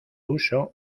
uso